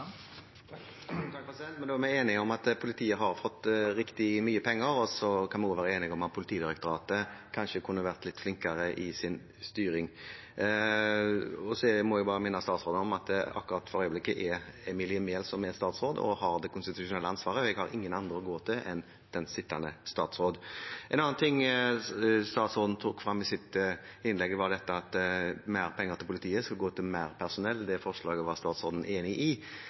Da er vi enige om at politiet har fått riktig mye penger, og så kan vi også være enige om at Politidirektoratet kanskje kunne vært litt flinkere i sin styring. Jeg må bare minne statsråden om at det akkurat for øyeblikket er Emilie Mehl som er statsråd og har det konstitusjonelle ansvaret. Jeg har ingen andre å gå til enn sittende statsråd. En annen ting statsråden tok opp i sitt innlegg, var dette at mer penger til politiet skal gå til mer personell. Det forslaget var statsråden enig i. Er det et signal om at regjeringen har gått vekk fra tanken om å etablere flere politikontorer bl.a. i